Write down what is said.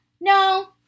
No